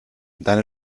deine